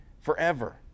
forever